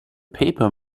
paper